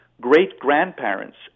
great-grandparents